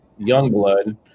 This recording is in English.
Youngblood